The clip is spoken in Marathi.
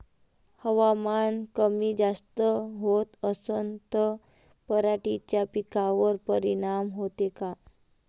हवामान कमी जास्त होत असन त पराटीच्या पिकावर परिनाम होते का?